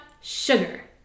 sugar